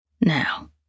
Now